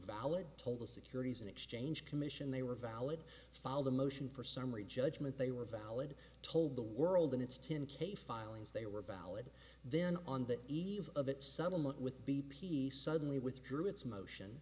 valid told the securities and exchange commission they were valid follow the motion for summary judgment they were valid told the world in its ten k filings they were valid then on the eve of its settlement with b p suddenly withdrew its motion